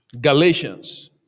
Galatians